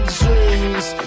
dreams